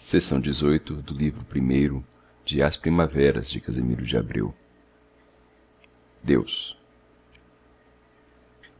e do livro primeiro e as primaveras de casimiro de abreu eus